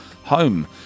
home